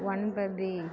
ஒன்பது